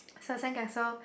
so the sandcastle